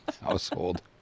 household